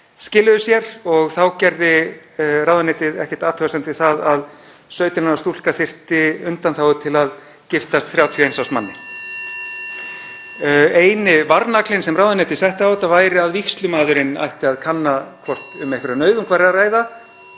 skiluðu sér og þá gerði ráðuneytið ekki athugasemd við það að 17 ára stúlka þyrfti undanþágu til að giftast 31 árs manni. Eini varnaglinn sem ráðuneytið setti á þetta var að vígslumaðurinn ætti að kanna hvort um einhverja nauðung að ræða.